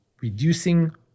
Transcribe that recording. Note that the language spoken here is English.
reducing